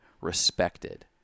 respected